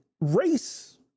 race